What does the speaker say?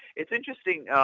it's interesting,